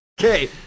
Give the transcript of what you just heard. okay